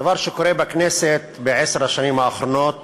דבר שקורה בכנסת בעשר השנים האחרונות